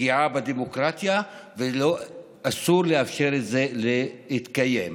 פגיעה בדמוקרטיה ואסור לאפשר לזה להתקיים.